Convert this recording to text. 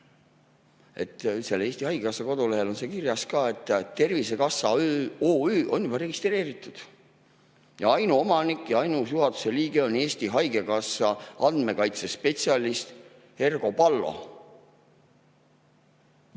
praegu – Eesti Haigekassa kodulehel on see kirjas ka –, et Tervisekassa OÜ on juba registreeritud. Ainuomanik ja ainus juhatuse liige on Eesti Haigekassa andmekaitsespetsialist Ergo Pallo.